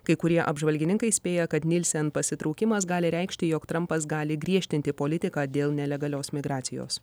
kai kurie apžvalgininkai spėja kad nilsen pasitraukimas gali reikšti jog trampas gali griežtinti politiką dėl nelegalios migracijos